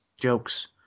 jokes